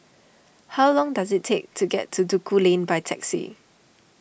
how long does it take to get to Duku Lane by taxi